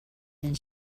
and